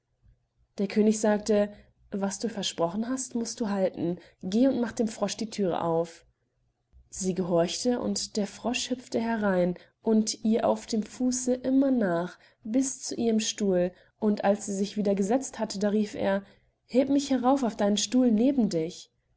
der könig sagte was du versprochen hast mußt du halten geh und mach dem frosch die thüre auf sie gehorchte und der frosch hüpfte herein und ihr auf dem fuße immer nach bis zu ihrem stuhl und als sie sich wieder gesetzt hatte da rief er heb mich herauf auf einen stuhl neben dich